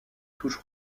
touche